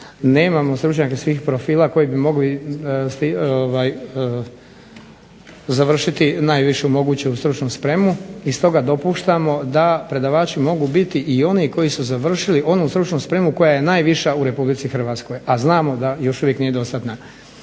nemamo stručnjake svih profila koji bi mogli završiti najvišu moguću stručnu spremu i stoga dopuštamo da predavači mogu biti i oni koji su završili onu stručnu spremu koja je najviša u RH, a znamo da još uvijek nije dostatna.